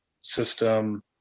system